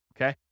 okay